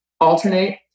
alternate